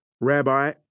Rabbi